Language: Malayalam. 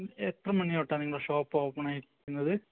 എത്ര മണി തൊട്ടാണ് നിങ്ങളുടെ ഷോപ്പ് ഓപ്പണായിരിക്കുന്നത്